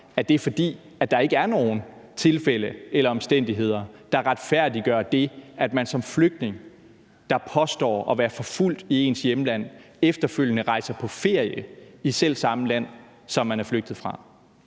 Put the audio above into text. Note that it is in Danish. fra, fordi der ikke er nogen tilfælde eller omstændigheder, der retfærdiggør det, at man som flygtning, der påstår at være forfulgt i sit hjemland, efterfølgende rejser på ferie til selv samme land, som man er flygtet fra.